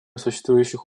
существующих